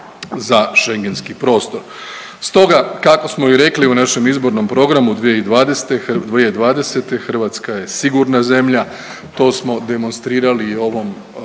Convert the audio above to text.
za Šengenski prostor. Stoga, kako smo i rekli u našem izbornom programu 2020., Hrvatska je sigurna zemlja, to smo demonstrirali i ovom